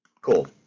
Cool